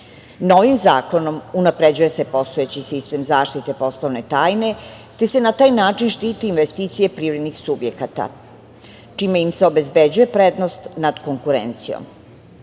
zakonom unapređuje se postojeći sistem zaštite poslovne tajne, te se na taj način štite investicije privrednih subjekata, čime im se obezbeđuje prednost nad konkurencijom.